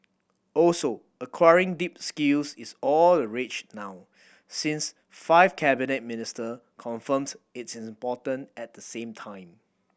also acquiring deep skills is all the rage now since five cabinet minister confirmed its importance at the same time